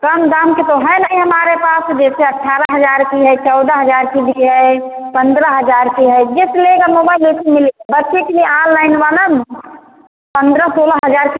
कम दाम का तो है नहीं हमारे पास जैसे अठारह हज़ार का है चौदह हज़ार का भी है पन्द्रह हज़ार का है जैसा लेगा मोबाइल वैसा मिलेगा बच्चे के लिए ऑनलाइन वाला है पन्द्रह सोलह हज़ार का